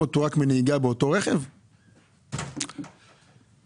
להשעות אותו רק מנהיגה במכתזית זה לעשות מאיתנו צחוק בנושא